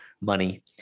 money